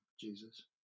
Jesus